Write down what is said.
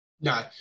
No